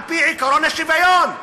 על-פי עקרון השוויון,